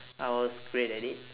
I was great at it